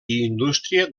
indústria